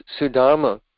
Sudama